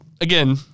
again